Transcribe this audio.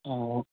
ꯑꯣ